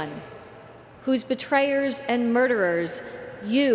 one whose betrayers and murderers you